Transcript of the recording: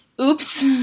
Oops